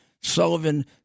Sullivan